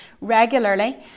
regularly